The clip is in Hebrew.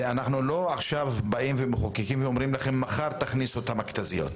זה לא שאנחנו באים ואומרים לכם להכניס את זה כבר מחר.